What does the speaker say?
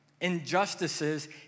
Injustices